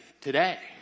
today